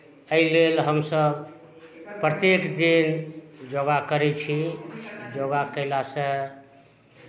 एहि लेल हमसभ प्रत्येक दिन योगा करै छी योगा कयलासँ